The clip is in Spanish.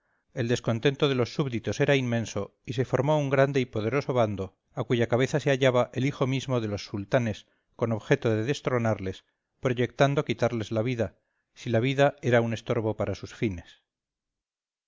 el descontento de los súbditos era inmenso y se formó un grande y poderoso bando a cuya cabeza se hallaba el hijo mismo de los sultanes con objeto de destronarles proyectando quitarles la vida si la vida era un estorbo para sus fines